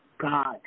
God